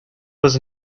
was